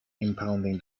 impounding